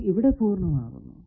ഇത് ഇവിടെ പൂർണമാകുന്നു